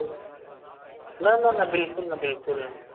न न न बिल्कुलु न बिल्कुलु न